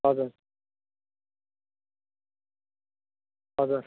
हजुर हजुर